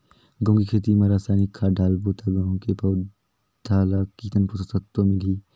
गंहू के खेती मां रसायनिक खाद डालबो ता गंहू के पौधा ला कितन पोषक तत्व मिलही?